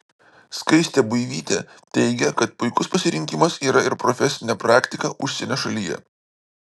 skaistė buivytė teigia kad puikus pasirinkimas yra ir profesinė praktika užsienio šalyje